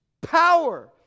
power